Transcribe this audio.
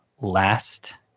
last